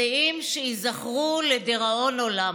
שיאים שייזכרו לדיראון עולם.